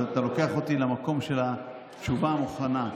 אתה לוקח אותי למקום של התשובה המוכנה,